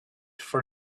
for